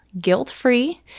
guilt-free